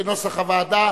כנוסח הוועדה,